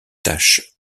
taches